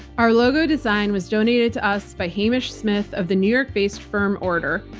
our logo design was donated to us by hamish smyth of the new york-based firm, order.